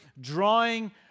drawing